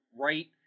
right